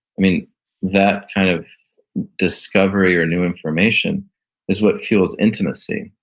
i mean that kind of discovery or new information is what fuels intimacy.